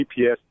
GPS